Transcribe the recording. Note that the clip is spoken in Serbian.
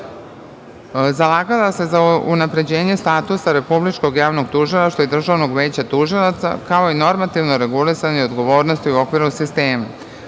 EU.Zalagala se za unapređenje statusa Republičkog javnog tužilaštva i Državnog veća tužilaca, kao i normativno regulisanje odgovornosti u okviru sistema.